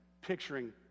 picturing